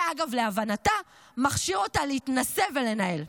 זה, אגב, להבנתה, מכשיר אותה להתנשא ולנהל.